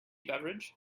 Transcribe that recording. beverage